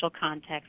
context